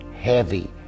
heavy